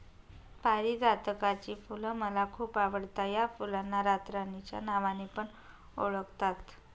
पारीजातकाची फुल मला खूप आवडता या फुलांना रातराणी च्या नावाने पण ओळखतात